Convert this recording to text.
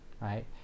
right